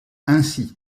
ainsi